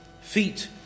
feet